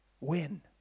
win